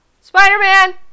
Spider-Man